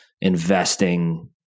investing